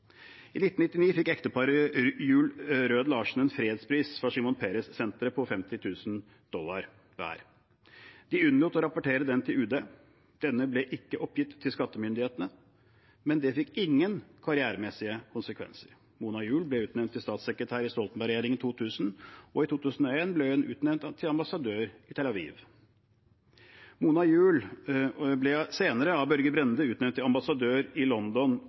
I 1999 fikk ekteparet Juul/Rød-Larsen en fredspris fra Shimon Peres-senteret på 50 000 dollar hver. De unnlot å rapportere den til UD. Den ble ikke oppgitt til skattemyndighetene, men det fikk ingen karrieremessige konsekvenser. Mona Juul ble utnevnt til statssekretær i Stoltenberg-regjeringen i 2000, og i 2001 ble hun utnevnt til ambassadør i Tel Aviv. Mona Juul ble senere av Børge Brende utnevnt til ambassadør i London,